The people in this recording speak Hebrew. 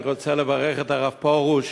אני רוצה לברך את הרב פרוש